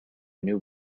new